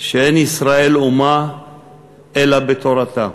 שאין ישראל אומה אלא בתורתה.